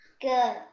Good